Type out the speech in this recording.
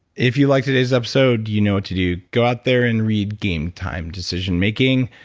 if you liked today's episode, you know what to do. go out there and read gametime decision making,